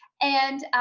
and,